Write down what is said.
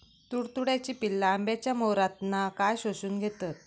तुडतुड्याची पिल्ला आंब्याच्या मोहरातना काय शोशून घेतत?